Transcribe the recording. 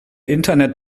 internet